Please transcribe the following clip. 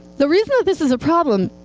the reason that this is a problem